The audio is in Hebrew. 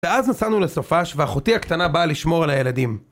ואז נסענו לסופש ואחותי הקטנה באה לשמור על הילדים